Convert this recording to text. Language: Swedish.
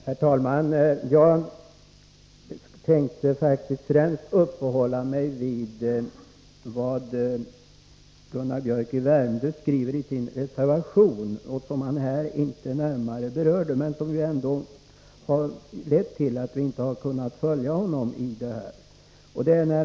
Herr talman! Jag tänker faktiskt främst uppehålla mig vid vad Gunnar Biörck i Värmdö skriver i sin reservation, som han här inte närmare berörde men som ändå lett till att vi i utskottet inte har kunnat följa honom i hans resonemang.